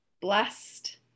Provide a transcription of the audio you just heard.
blessed